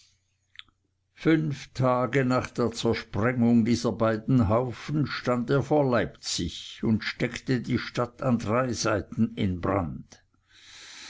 fünf tage nach zersprengung dieser beiden haufen stand er vor leipzig und steckte die stadt an drei seiten in brand